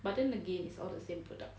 but then again is all the same products